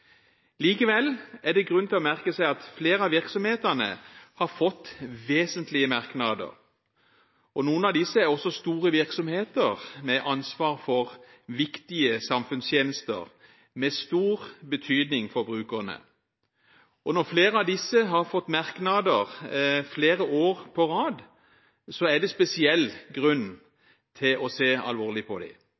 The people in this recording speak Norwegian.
Likevel er det grunn til å merke seg at flere av virksomhetene har fått vesentlige merknader. Noen av disse er også store virksomheter med ansvar for viktige samfunnstjenester, med stor betydning for brukerne. Når flere av disse har fått merknader flere år på rad, er det spesiell grunn til å se alvorlig på